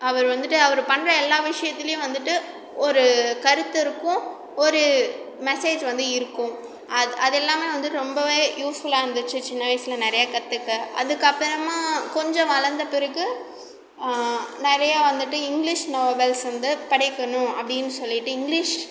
அவர் வந்துவிட்டு அவர் பண்ணுற எல்லா விஷயத்திலியும் வந்துவிட்டு ஒரு கருத்து இருக்கும் ஒரு மெசேஜ் வந்து இருக்கும் அத் அது எல்லாமே வந்து ரொம்பவே யூஸ்ஃபுல்லாக இருந்துச்சு சின்ன வயசில் நிறையா கற்றுக்க அதற்கப்பறமா கொஞ்சம் வளர்ந்தப் பிறகு நிறையா வந்துவிட்டு இங்கிலிஷ் நாவல்ஸ் வந்து படிக்கணும் அப்படின்னு சொல்லிவிட்டு இங்கிலிஷ்